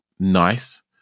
nice